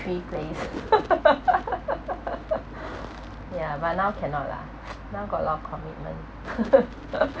three place ya but now cannot lah now got a lot of commitment